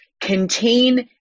contain